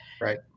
right